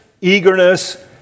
eagerness